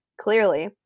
clearly